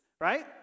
right